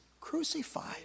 crucified